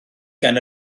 gan